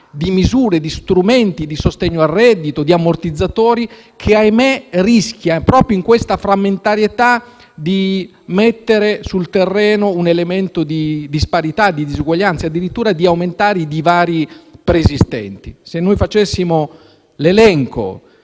di misure e di strumenti di sostegno al reddito, di ammortizzatori che - ahimè - rischia, proprio a causa della frammentarietà, di mettere sul terreno un elemento di disparità e disuguaglianza e addirittura di aumentare i divari preesistenti. Se facessimo l'elenco